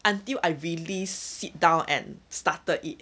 until I really sit down and started it